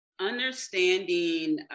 understanding